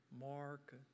Mark